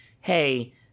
hey